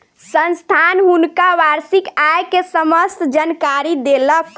संस्थान हुनका वार्षिक आय के समस्त जानकारी देलक